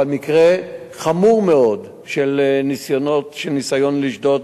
אבל מקרה חמור מאוד של ניסיון לשדוד